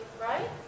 right